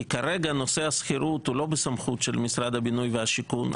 כי כרגע נושא השכירות הוא לא בסמכות של משרד הבינוי והשיכון.